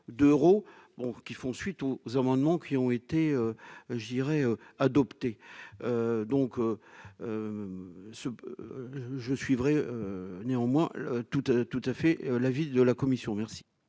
d'euros, bon qui font suite aux amendements qui ont été je dirais adopté donc ce que je suivrai néanmoins toute tout à fait l'avis de la commission merci.